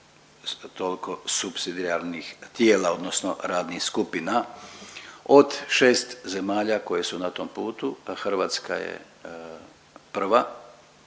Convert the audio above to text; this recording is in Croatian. tolko supsidijarnih tijela odnosno radnih skupina. Od šest zemalja koje su na tom putu Hrvatska je prva,